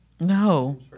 No